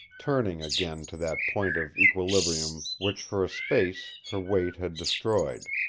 turning again to that point of equilibrium which for a space her weight had destroyed.